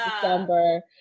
December